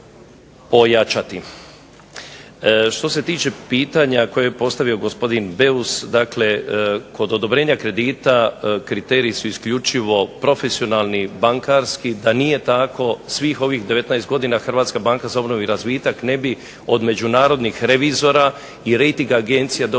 Što se tiče pitanja koje je postavio gospodin Beus, dakle, kod odobrenja kredita uvjeti su isključivo profesionalni, bankarski, da nije tako svih ovih 19 godina Hrvatska banka za obnovu i razvitak ne bi od međunarodnih revizora i rejting agencija dobila